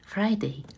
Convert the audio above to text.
Friday